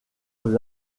aux